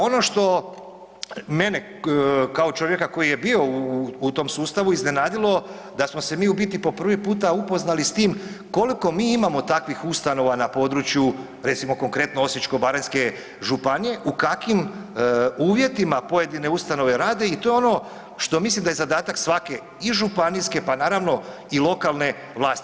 Ono što mene kao čovjeka koji je bio u tom sustavu iznenadilo da smo se u biti po prvi puta upoznali s tim koliko mi imamo takvih ustanova na području recimo konkretno Osječko-baranjske županije, u kakvim uvjetima pojedine ustanove rade i to je ono što mislim da je zadatak i županijske pa naravno i lokalne vlasti.